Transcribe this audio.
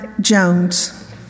Jones